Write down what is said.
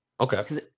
Okay